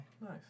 Nice